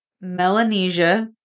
Melanesia